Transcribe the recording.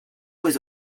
was